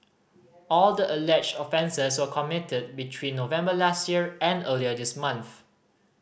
all the alleged offences were committed between November last year and earlier this month